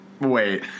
wait